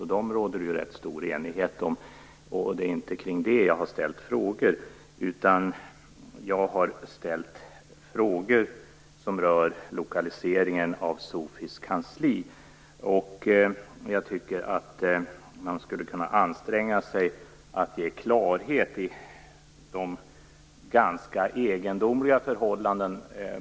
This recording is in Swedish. Dessa råder det rätt stor enighet om, och det är inte om dem som jag ställt frågor. Jag har ställt frågor som rör lokaliseringen av SOFI:s kansli. Jag tycker att man skulle kunna anstränga sig att skapa klarhet i de ganska egendomliga förhållandena.